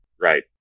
Right